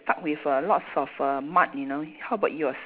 stuck with err lots of err mud you know how about yours